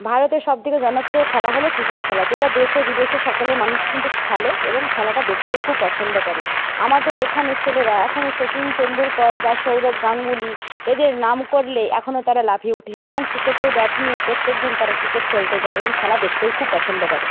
ভারতের সবথেকে জনপ্রিয় খেলা হল ক্রিকেট খেলা যেটা দেশে বিদেশে সকলে মানুষ কিন্তু খেলে এবং খেলাটা দেখতেও খুব পছন্দ করে আমাদের এখানে ছেলেরা এখনও শচীন টেনডুলকর বা সৌরভ গাঙ্গুলী এদের নাম করলে এখনও তারা লাফিয়ে উঠে এবং ক্রিকেটের ব্যাট নিয়ে প্রত্যেকদিন তারা ক্রিকেট খেলতে যায় এবং খেলা দেখতেও খুব পছন্দ করে